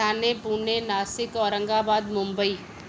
Thane Pune Nashik Aurangabad Mumbai